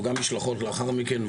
גם משלחות לאחר מכן,